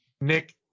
Nick